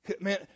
Man